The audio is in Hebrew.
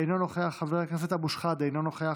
אינו נוכח, חבר הכנסת אבי מעוז, אינו נוכח,